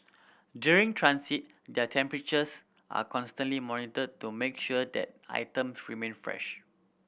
during transit their temperatures are constantly monitored to make sure that item remain fresh